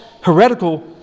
heretical